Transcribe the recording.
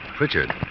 Richard